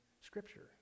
scripture